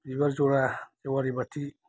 बिबार जरा जेवारि बाथि